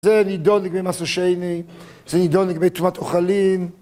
זה נידון לגבי משהו שאיני, זה נידון לגבי תרומת אוכלים